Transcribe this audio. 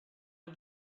and